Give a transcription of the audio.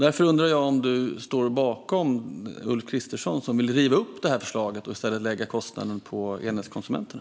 Därför undrar jag om du står bakom Ulf Kristersson, som vill riva upp det här förslaget och i stället lägga kostnaderna på elnätskonsumenterna.